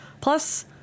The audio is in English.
Plus